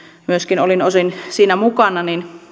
myöskin sitten olin osin siinä mukana